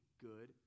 good